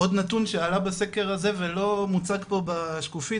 עוד נתון שעלה בסקר הזה ולא מוצג פה בשקופית,